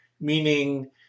Meaning